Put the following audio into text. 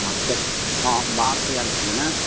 हँ तऽ हँ बाहरसँ आएल छियै ने